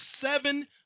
seven